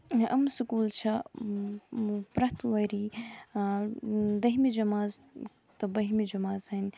یہِ یِم سکوٗل چھِ پرٛٮ۪تھ ؤری دٔہِمہِ جَمٲژ تہٕ بٔہِمہِ جَمٲژ ہٕندۍ